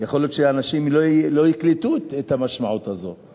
יכול להיות שאנשים לא יקלטו את המשמעות הזאת,